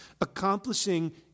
accomplishing